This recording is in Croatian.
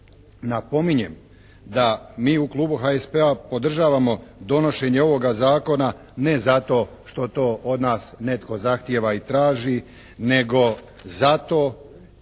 Napominjem da mi u klubu HSP-a podržavamo donošenje ovoga zakona ne zato što to od nas netko zahtijeva i traži nego zato